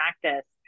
practice